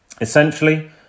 Essentially